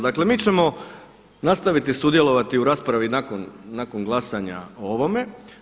Dakle mi ćemo nastaviti sudjelovati u raspravi nakon glasanja o ovome.